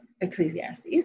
Ecclesiastes